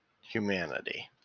humanity